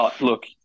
look